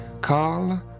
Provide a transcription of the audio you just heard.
Carl